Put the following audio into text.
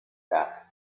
that